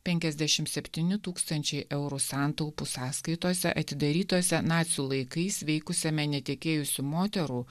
penkiasdešimt septyni tūkstančiai eurų santaupų sąskaitose atidarytose nacių laikais veikusiame netekėjusių moterų